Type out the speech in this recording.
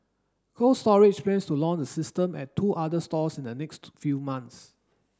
Cold Storage plans to launch the system at two other stores in the next few months